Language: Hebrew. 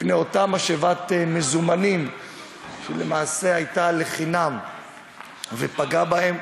בכלל אותה משאבת מזומנים שהייתה לחינם ופגעה בהם.